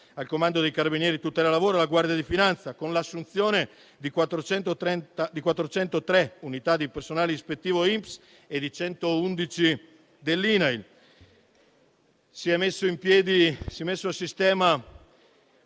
al Comando dei carabinieri a tutela del lavoro e alla Guardia di finanza, con l'assunzione di 403 unità di personale ispettivo INPS e di 111 unità dell'INAIL.